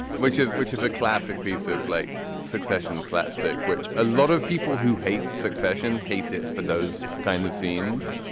which is which is a classic piece of late like succession slapstick which a lot of people who hate succession hate it for those kinds of scenes.